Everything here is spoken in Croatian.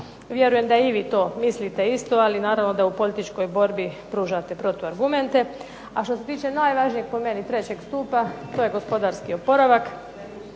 Vjerujem da i vi to mislite isto, ali naravno da u političkoj borbi pružate protu argumente. A što se tiče najvažnijeg po meni trećeg stupa to je gospodarski oporavak.